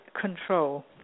control